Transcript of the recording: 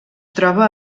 troba